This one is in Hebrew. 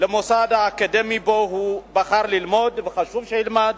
למוסד האקדמי שבו הוא בחר ללמוד, וחשוב שילמד,